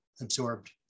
absorbed